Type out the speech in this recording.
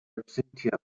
absentia